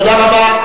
תודה רבה.